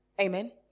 amen